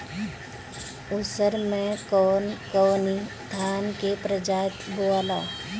उसर मै कवन कवनि धान के प्रजाति बोआला?